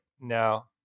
no